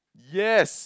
yes